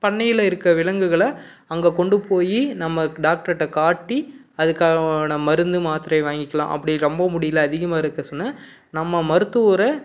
பண்ணையில் இருக்க விலங்குகளை அங்கே கொண்டு போய் நம்ம டாக்டர்ட்ட காட்டி அதுக்கான மருந்து மாத்திரையை வாங்கிக்கலாம் அப்படி ரொம்ப முடியல அதிகமாக இருக்குது சொன்னால் நம்ம மருத்துவரை